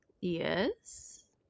Yes